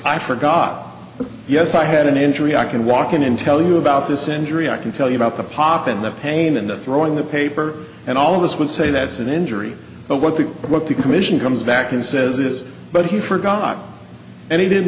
i forgot but yes i had an injury i can walk in and tell you about this injury i can tell you about the pop and the pain and the throwing the paper and all of this would say that's an injury but what the what the commission comes back and says this but he forgot and he didn't